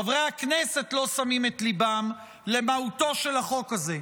חברי הכנסת לא שמים ליבם למהותו של החוק הזה.